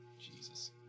Jesus